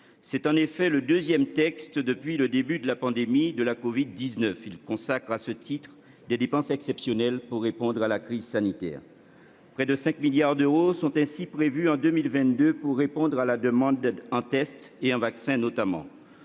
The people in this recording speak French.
C'est en effet le deuxième texte depuis le début de la pandémie de la covid-19. Il consacre, à ce titre, des dépenses exceptionnelles pour répondre à la crise sanitaire. Près de 5 milliards d'euros sont ainsi prévus en 2022 pour satisfaire la demande de tests et de vaccins, notamment.